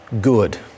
good